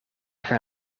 gaan